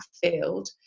field